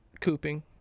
Cooping